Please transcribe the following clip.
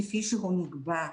כפי שהוא נקבע,